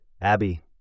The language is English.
Abby